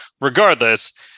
Regardless